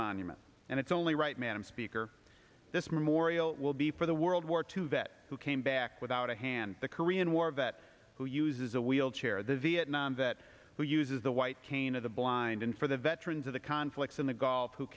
monument and it's only right madam speaker this memorial will be for the world war two vet who came back without a hand the korean war vet who uses a wheelchair the vietnam vet who uses the white cane of the blind and for the veterans of the conflicts in the gulf who